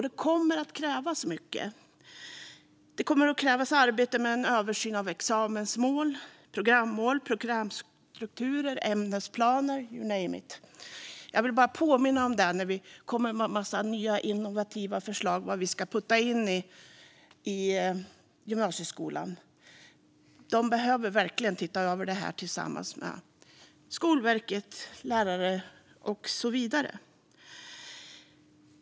Det kommer att krävas mycket arbete med en översyn av examensmål, programmål, programstrukturer och ämnesplaner - you name it. Jag vill bara påminna om det. När vi kommer med en massa nya, innovativa förslag på vad vi ska putta in i gymnasieskolan behöver man verkligen titta över det tillsammans med Skolverket, lärare och så vidare.